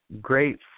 great